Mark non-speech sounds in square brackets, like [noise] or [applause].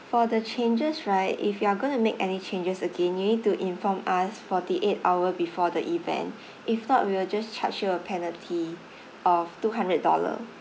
for the changes right if you are gonna make any changes again you need to inform us forty eight hour before the event [breath] if not we will just charge you a penalty of two hundred dollar